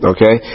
Okay